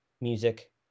music